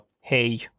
hey